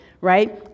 right